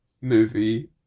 movie